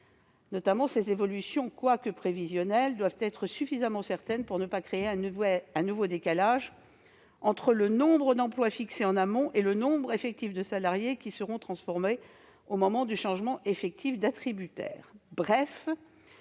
particulier, ces évolutions, quoique prévisionnelles, doivent être suffisamment certaines pour ne pas créer un nouveau décalage entre le nombre d'emplois fixé en amont et le nombre effectif des salariés qui seront transférés au moment du changement effectif d'attributaire.